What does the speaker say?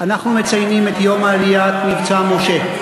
מציינים את יום "מבצע משה",